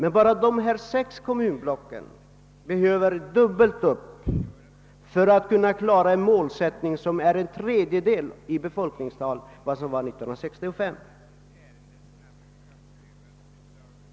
Enbart dessa sex kommunblock behöver dubbelt så många arbetstillfällen för att klara målsättningen att stoppa befolkningsminskningen vid en tredjedel av befolkningstalet 1965.